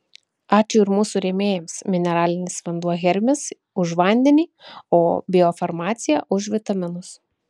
ačiū ir mūsų rėmėjams mineralinis vanduo hermis už vandenį o biofarmacija už vitaminus